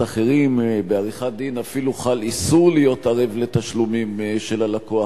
אחרים; בעריכת-דין אפילו חל איסור להיות ערב לתשלומים של הלקוח,